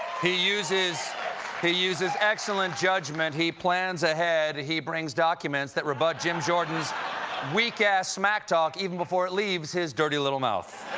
he uses he uses excellent judgement. he plans ahead. he brings documents that rebut jim jordan's weak-ass smack talk even before it leaves his dirty little mouth.